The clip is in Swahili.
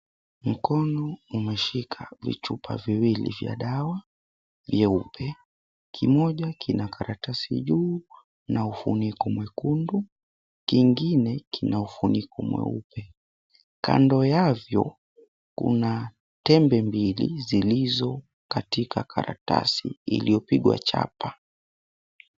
Mkono umeshika vichupa viwili vya dawa vyeupe, kimoja kina karatasi juu na ufuniko mwekundu kingine kina ufuniko mweupe. Kando yavyo kuna tembe mbili zilizo katika karatasi iliyopigwa chapa.